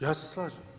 Ja se slažem.